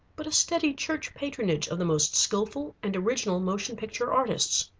but a steady church-patronage of the most skilful and original motion picture artists.